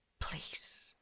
Please